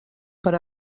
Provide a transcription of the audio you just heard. per